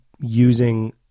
using